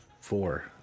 four